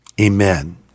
Amen